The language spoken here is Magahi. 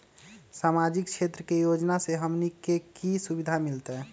सामाजिक क्षेत्र के योजना से हमनी के की सुविधा मिलतै?